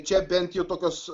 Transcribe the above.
čia bent jau tokios